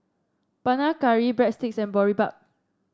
Panang Curry Breadsticks and Boribap